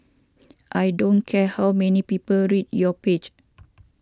I don't care how many people read your page